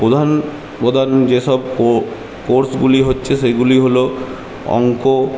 প্রধান প্রধান যেসব কোর্সগুলি হচ্ছে সেগুলি হল অঙ্ক